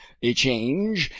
a change,